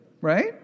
Right